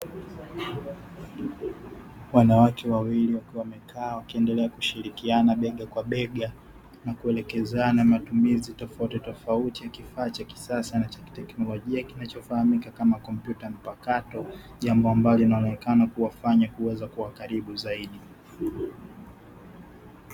Wanawake wawili wakiwa wamekaa wakiendelea kushirikiana bega kwa bega, na wakielekezana matumizi tofautitofauti ya kifaa cha kisasa cha kitekinolojia kinacho fahamika kam kompyuta mpakato, jambo ambalo linawafanya kuwa karibu zaidi.